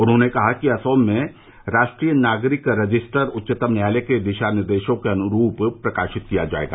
उन्होंने कहा कि असम में राष्ट्रीय नागरिक रजिस्टर उच्चतम न्यायालय के दिशा निर्देश के अनुरूप प्रकाशित किया जायेगा